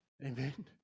Amen